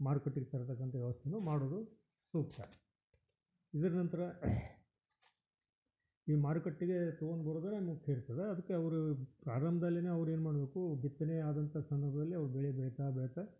ಮಾರುಕಟ್ಟೆಗೆ ತರತಕ್ಕಂಥ ವ್ಯವಸ್ಥೆಯೂ ಮಾಡೋದು ಸೂಕ್ತ ಇದರ ನಂತರ ಈ ಮಾರುಕಟ್ಟೆಗೇ ತೊಗೊಂಡು ಬರುದೆ ಮುಖ್ಯ ಇರ್ತದ ಅದಕ್ಕೆ ಅವ್ರು ಪ್ರಾರಂಭ್ದಲ್ಲಿಯೇ ಅವ್ರು ಏನು ಮಾಡ್ಬೇಕು ಬಿತ್ತನೆ ಆದಂಥ ಸಂದರ್ಭದಲ್ಲಿ ಅವ್ರು ಬೆಳೆ ಬೆಳಿತಾ ಬೆಳಿತಾ